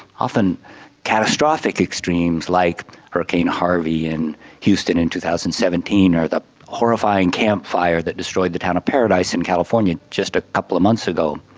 often catastrophic extremes like hurricane harvey in houston in two thousand and seventeen, or that horrifying camp fire that destroyed the town of paradise in california just a couple of months ago.